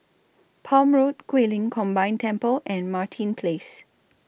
Palm Road Guilin Combined Temple and Martin Place